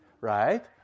right